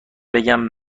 بگم